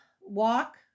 walk